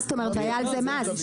היה על זה מס,